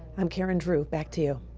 i'm karen drew. back to you.